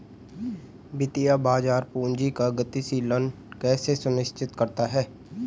वित्तीय बाजार पूंजी का गतिशीलन कैसे सुनिश्चित करता है?